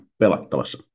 pelattavassa